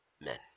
men